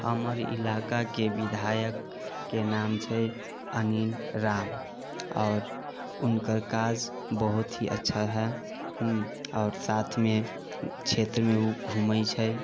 हमर इलाकाके विधायकके नाम छै अनिल राम आओर हुनकर काज बहुत ही अच्छा है आओर साथमे क्षेत्रमे उ घूमै छै